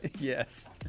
Yes